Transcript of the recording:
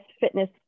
fitness